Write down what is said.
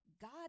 God